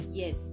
yes